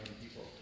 people